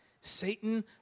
Satan